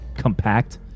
compact